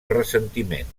ressentiment